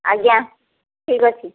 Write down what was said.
ଆଜ୍ଞା ଠିକ୍ ଅଛି